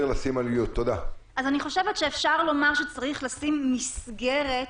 אני חושבת שאפשר לומר שצריך לשים מסגרת